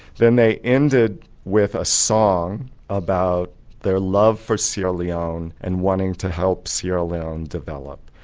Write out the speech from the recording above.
then they ended with a song about their love for sierra leone and wanting to help sierra leone develop.